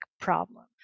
problem